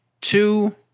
two